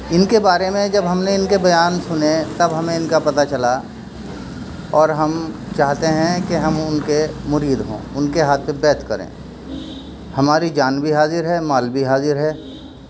ان کے بارے میں جب ہم نے ان کے بیان سنے تب ہمیں ان کا پتا چلا اور ہم چاہتے ہیں کہ ہم ان کے مرید ہوں ان کے ہاتھ پہ بیعت کریں ہماری جان بھی حاضر ہے مال بھی حاضر ہے